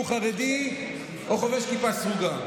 אם הוא חרדי או חובש כיפה סרוגה.